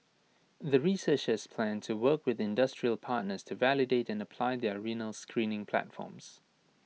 the researchers plan to work with industrial partners to validate and apply their renal screening platforms